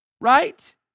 right